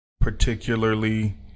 particularly